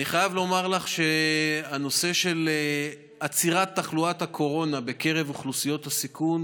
אני חייב לומר לך שעצירת תחלואת הקורונה בקרב אוכלוסיות הסיכון